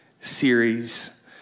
series